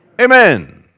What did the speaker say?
Amen